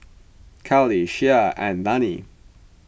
Kali Shea and Lani